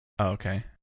Okay